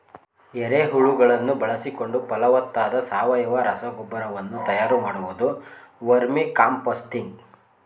ಎರೆಹುಳುಗಳನ್ನು ಬಳಸಿಕೊಂಡು ಫಲವತ್ತಾದ ಸಾವಯವ ರಸಗೊಬ್ಬರ ವನ್ನು ತಯಾರು ಮಾಡುವುದು ವರ್ಮಿಕಾಂಪೋಸ್ತಿಂಗ್